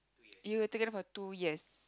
you were together for two years